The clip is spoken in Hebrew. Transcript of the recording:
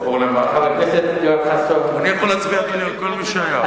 אני יכול להצביע לך על כל מי שהיה.